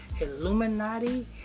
Illuminati